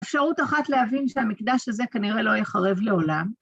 אפשרות אחת להבין שהמקדש הזה כנראה לא יחרב לעולם.